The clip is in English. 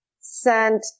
sent